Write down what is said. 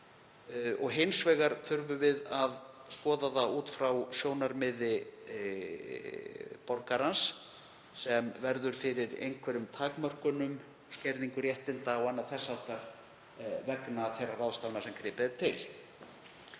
Hins vegar þurfum við að skoða það út frá sjónarmiði borgarans sem verður fyrir einhverjum takmörkunum, skerðingu réttinda og öðru þess háttar vegna þeirra ráðstafana sem gripið er til.